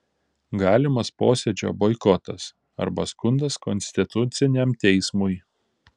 galimas posėdžio boikotas arba skundas konstituciniam teismui